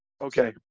Okay